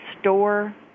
store